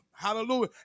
Hallelujah